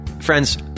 Friends